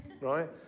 right